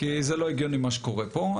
כי זה לא הגיוני מה שקורה פה.